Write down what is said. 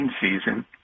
season